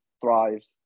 thrives